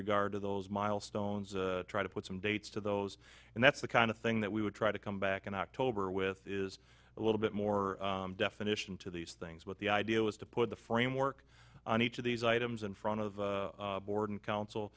regard to those milestones try to put some dates to those and that's the kind of thing that we would try to come back in october with is a little bit more definition to these things but the idea was to put the framework on each of these items in front of the board and coun